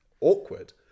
awkward